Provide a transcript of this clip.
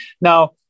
Now